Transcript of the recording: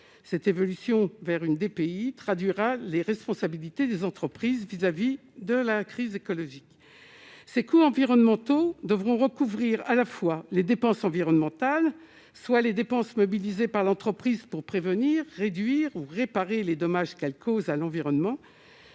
cette évolution vers une des pays traduira les responsabilités des entreprises vis-à-vis de la crise écologique, ces coûts environnementaux devront recouvrir à la fois les dépenses environnementales, soit les dépenses mobilisés par l'entreprise pour prévenir, réduire ou réparer les dommages qu'elle cause à l'environnement